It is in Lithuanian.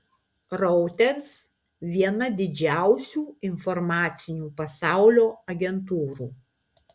reuters viena didžiausių informacinių pasaulio agentūrų